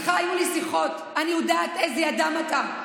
איתך היו לי שיחות, אני יודעת איזה אדם אתה,